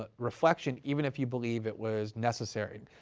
ah reflection, even if you believe it was necessary.